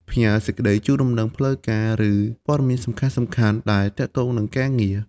ផ្ញើ សេចក្តីជូនដំណឹង ផ្លូវការ ឬព័ត៌មានសំខាន់ៗដែលទាក់ទងនឹងការងារ។